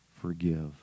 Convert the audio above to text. forgive